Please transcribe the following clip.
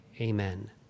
amen